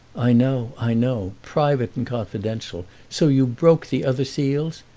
i know i know private and confidential so you broke the other seals?